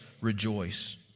rejoice